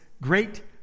great